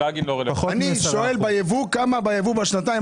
אני שואל ביבוא כמה ביבוא בשנתיים